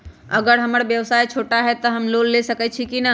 अगर हमर व्यवसाय छोटा है त हम लोन ले सकईछी की न?